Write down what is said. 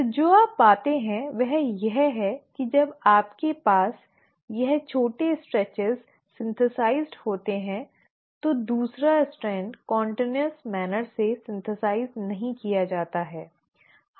तो जो आप पाते हैं वह यह है कि जब आपके पास यह छोटे स्ट्रेच संश्लेषित होते हैं तो दूसरा स्ट्रैंड निरंतर तरीके से संश्लेषित नहीं किया जाता है